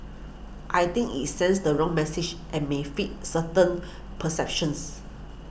I think it sends the wrong message and may feed certain perceptions